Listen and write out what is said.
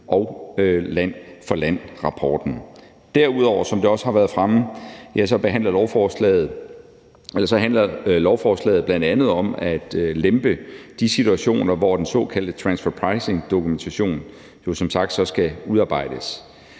og land for land-rapporten. Derudover handler lovforslaget, som det også har været fremme, bl.a. om at lempe de situationer, hvor den såkaldte transfer pricing-dokumentation jo som sagt så skal udarbejdes.